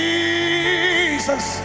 Jesus